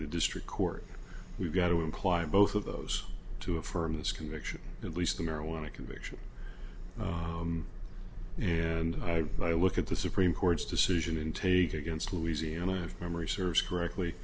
the district court we've got to imply both of those to affirm this conviction at least the marijuana conviction and i look at the supreme court's decision in take against louisiana and memory serves correctly